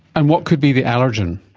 and what could be the allergen?